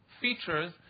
features